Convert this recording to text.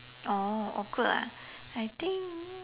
oh awkward ah I think